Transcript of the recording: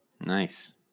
Nice